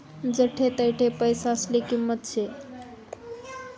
जठे तठे पैसासले किंमत शे